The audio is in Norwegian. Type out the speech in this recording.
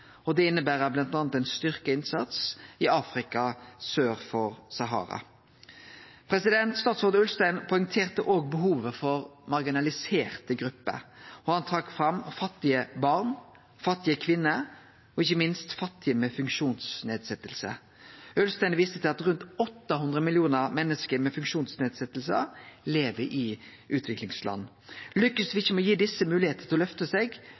og det inneber bl.a. ein styrkt innsats i Afrika sør for Sahara. Statsråd Ulstein poengterte òg behovet til dei marginaliserte gruppene, og han trekte fram fattige barn, fattige kvinner og ikkje minst fattige med funksjonsnedsetjing. Statsråd Ulstein viste til at rundt 800 millionar menneske med funksjonsnedsetjing lever i utviklingsland. Lykkast me ikkje med å gi desse moglegheit til å løfte seg,